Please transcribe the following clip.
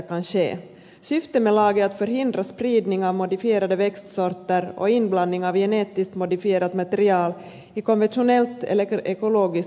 syftet med lagen är att förhindra spridning av modifierade växtsorter och inblandning av genetiskt modifierat material i konventionellt eller ekologiskt producerade växter